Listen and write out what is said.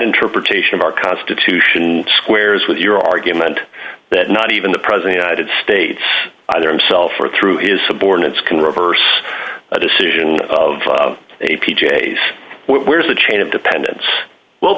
interpretation of our constitution squares with your argument that not even the president ited states either him self or through his subordinates can reverse a decision of a p j s were the chain of dependence well